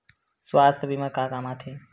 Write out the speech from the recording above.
सुवास्थ बीमा का काम आ थे?